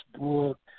book